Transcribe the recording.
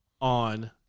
on